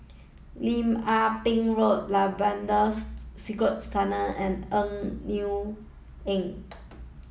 Lim Ah Pin Road Labrador Secret Tunnels and Eng Neo Avenue